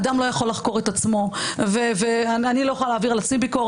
אדם לא יכול לחקור את עצמו אני לא יכול להעביר על עצמי ביקורת,